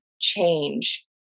change